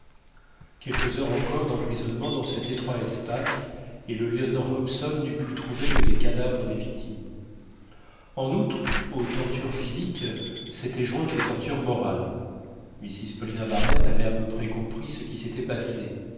quelques heures encore d'emprisonnement dans cet étroit espace et le lieutenant hobson n'eût plus trouvé que les cadavres des victimes en outre aux tortures physiques s'étaient jointes les tortures morales mrs paulina barnett avait à peu près compris ce qui s'était passé